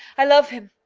i love him.